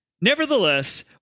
Nevertheless